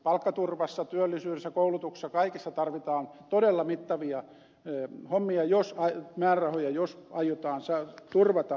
palkkaturvassa työllisyydessä koulutuksessa kaikessa tarvitaan todella mittavia määrärahoja jos aiotaan turvata tämä tilanne